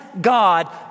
God